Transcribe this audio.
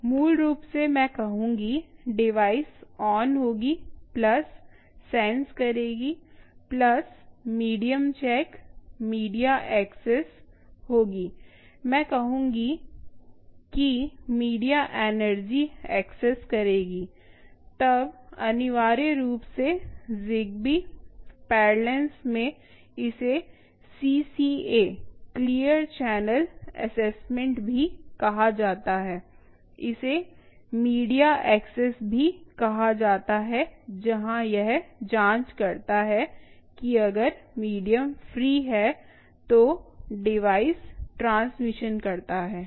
मूल रूप से मैं कहूँगी डिवाइस ऑन होगी प्लस सेंस करेगी plus medium check media access होगी मैं कहूँगी कि मीडिया एनर्जी एक्सेस करेगी तब अनिवार्य रूप से जिग्बे पैरलेंस में इसे CCA क्लियर चैनल असेसमेंट भी कहा जाता है इसे मीडिया एक्सेस भी कहा जाता है जहां यह जाँच करता है कि अगर मीडियम फ्री है तो डिवाइस ट्रांसमिशन करता है